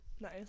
Nice